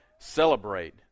celebrate